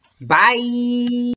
Bye